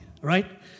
right